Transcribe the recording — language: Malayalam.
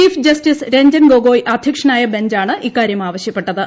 ചീഫ് ജസ്റ്റിസ് രഞ്ജൻ ഗൊഗോയ് അധ്യക്ഷനായ ബഞ്ചാണ് ഇക്കാരൃം ആവശ്യപ്പെട്ടത്